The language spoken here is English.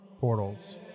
portals